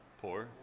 poor